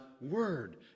word